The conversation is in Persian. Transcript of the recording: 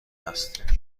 است